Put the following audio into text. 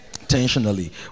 Intentionally